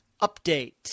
update